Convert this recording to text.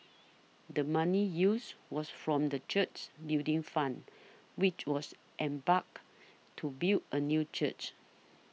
the money used was from the church's Building Fund which was embarked to build a new church